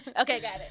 okay